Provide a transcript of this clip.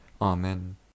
Amen